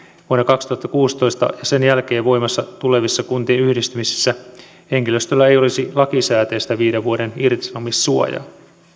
vuonna kaksituhattakuusitoista ja sen jälkeen voimaan tulevissa kuntien yhdistymisissä henkilöstöllä ei olisi lakisääteistä viiden vuoden irtisanomissuojaa